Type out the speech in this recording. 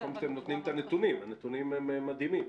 הנתונים הם מדהימים.